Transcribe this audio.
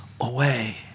away